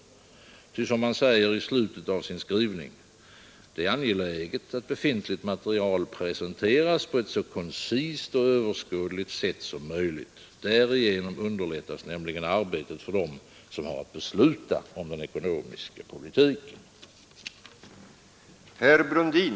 I slutet av sin skrivning säger man nämligen: ”Över huvud taget framstår det som angeläget att den värdefulla ekonomisk-statistiska information som ingår i nationalbudgetar och konjunkturrapporter presenteras på ett så koncist och överskådligt sätt som möjligt. Härigenom underlättas arbetet för dem som har att besluta om den ekonomiska politiken.”